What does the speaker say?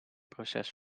proces